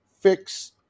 fix